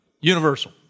Universal